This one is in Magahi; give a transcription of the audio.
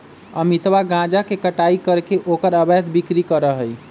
अमितवा गांजा के कटाई करके ओकर अवैध बिक्री करा हई